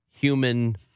human